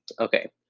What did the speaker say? Okay